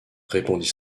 répondit